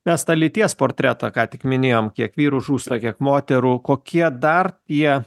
mes tą lyties portretą ką tik minėjom kiek vyrų žūsta kiek moterų kokie dar jie